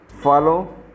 follow